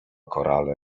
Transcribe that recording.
korale